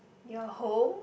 your home